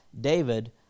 David